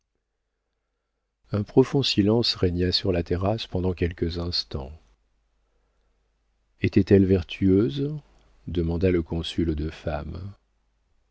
un profond silence régna sur la terrasse pendant quelques instants était-elle vertueuse demanda le consul aux deux femmes